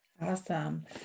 Awesome